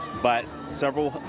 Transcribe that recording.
but several,